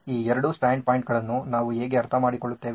ಈ ಎರಡೂ ಸ್ಟ್ಯಾಂಡ್ ಪಾಯಿಂಟ್ಗಳನ್ನು ನಾವು ಹೇಗೆ ಅರ್ಥಮಾಡಿಕೊಳ್ಳುತ್ತೇವೆ